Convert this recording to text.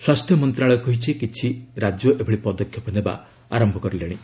ସ୍ୱାସ୍ଥ୍ୟମନ୍ତ୍ରଣାଳୟ କହିଛି କିଛି ରାଜ୍ୟ ଏଭଳି ପଦକ୍ଷେପ ନେବା ଆରମ୍ଭ କରିଲେଣି